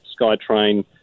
SkyTrain